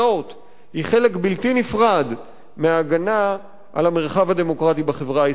היא חלק בלתי נפרד מההגנה על המרחב הדמוקרטי בחברה הישראלית כולה.